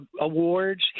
awards